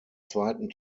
zweiten